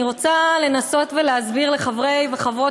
אני רוצה לנסות ולהסביר לחברי וחברות